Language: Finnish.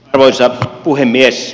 arvoisa puhemies